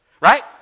Right